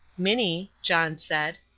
minnie, john said,